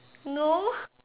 no